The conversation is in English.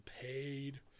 paid